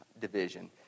division